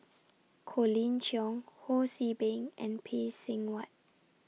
Colin Cheong Ho See Beng and Phay Seng Whatt